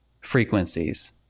frequencies